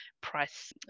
price